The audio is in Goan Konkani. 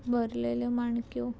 भरलेल्यो माणक्यो